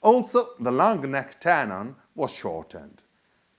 also, the long neck tenon was shortened